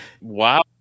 Wow